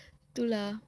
itu lah